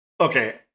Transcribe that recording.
Okay